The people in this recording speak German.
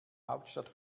hauptstadt